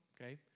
okay